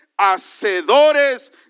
hacedores